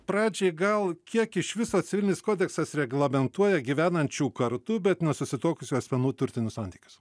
pradžiai gal kiek iš viso civilinis kodeksas reglamentuoja gyvenančių kartu bet nesusituokusių asmenų turtinius santykius